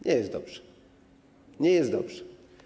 Nie jest dobrze, nie jest dobrze.